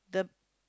the